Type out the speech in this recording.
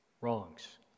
wrongs